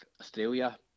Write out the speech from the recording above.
Australia